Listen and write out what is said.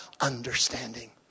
understanding